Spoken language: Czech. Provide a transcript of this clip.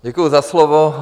Děkuji za slovo.